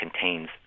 contains